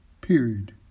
period